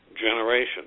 generation